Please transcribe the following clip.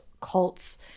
cults